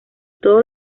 todos